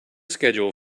schedule